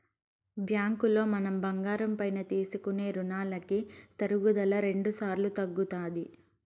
బ్యాంకులో మనం బంగారం పైన తీసుకునే రునాలకి తరుగుదల రెండుసార్లు తగ్గుతాది